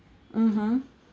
mmhmm